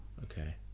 Okay